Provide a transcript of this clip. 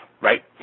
right